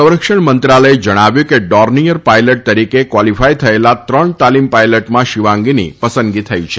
સંરક્ષણ મંત્રાલયે જણાવ્યું છે કે ડોર્નીયર પાયલટ તરીકે કવોલીફાય થયેલ ત્રણ તાલીમ પાયલટમાં શિવાંગીની પસંદગી થઇ છે